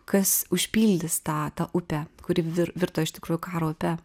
kas užpildys tą tą upę kuri vir virto iš tikrųjų karo upe